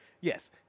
Yes